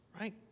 Right